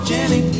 Jenny